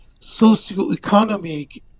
socioeconomic